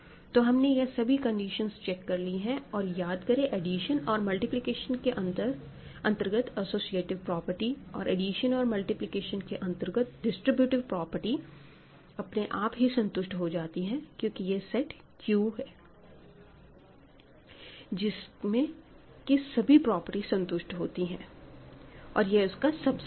तो हमने यह सभी कंडीशंस चेक कर ली हैं और याद करें एडिशन और मल्टीप्लिकेशन के अंतर्गत अस्सोसिएटिव प्रॉपर्टी और एडिशन और मल्टीप्लिकेशन के अंतर्गत डिस्ट्रीब्यूटिव प्रॉपर्टी अपने आप ही संतुष्ट हो जाती है क्योंकि यह सेट Qजिसमे की सभी प्रॉपर्टी संतुष्ट होती हैं का सबसेट है